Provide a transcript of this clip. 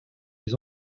les